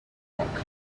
rock